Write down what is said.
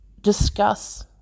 discuss